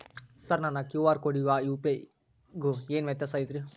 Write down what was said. Sir ನನ್ನ QR ಕೊಡಿಗೂ ಆ ಯು.ಪಿ.ಐ ಗೂ ಏನ್ ವ್ಯತ್ಯಾಸ ಐತ್ರಿ?